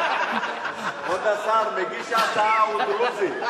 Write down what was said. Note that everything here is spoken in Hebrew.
כבוד השר, מגיש ההצעה הוא דרוזי.